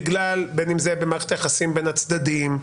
בין אם זה במערכת היחסים בין הצדדים,